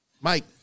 Mike